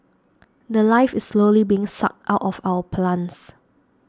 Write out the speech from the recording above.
the Life is slowly being sucked out of our plants